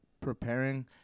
preparing